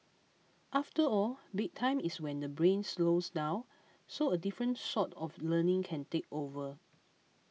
after all bedtime is when the brain slows down so a different sort of learning can take over